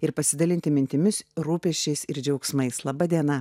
ir pasidalinti mintimis rūpesčiais ir džiaugsmais laba diena